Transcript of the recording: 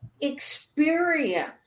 experience